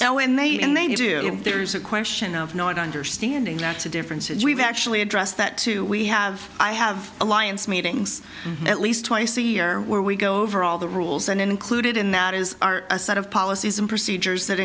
when they and they do if there's a question of not understanding that to differences we've actually addressed that to we have i have alliance meetings at least twice a year where we go over all the rules and included in that is are a set of policies and procedures that